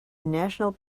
national